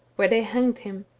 where they hanged him.